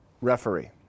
referee